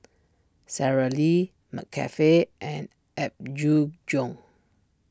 Sara Lee McCafe and Apgujeong